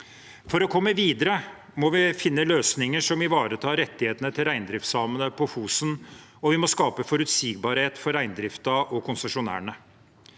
For å komme videre må vi finne løsninger som ivaretar rettighetene til reindriftssamene på Fosen, og vi må skape forutsigbarhet for reindriften og konsesjonærene.